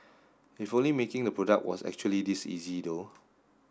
if only making the product was actually this easy though